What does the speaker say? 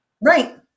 Right